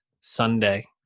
sunday